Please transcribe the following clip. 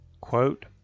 quote